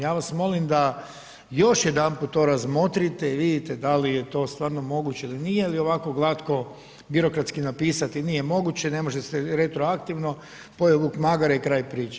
Ja vas molim da još jedanput to razmotrite i vidite da li je to stvarno moguće ili nije ili ovako glatko birokratski napisati nije moguće, ne može se retroaktivno, pojeo vuk magare i kraj priče.